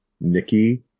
Nikki